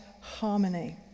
harmony